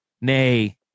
nay